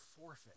forfeit